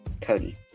Cody